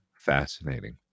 fascinating